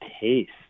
taste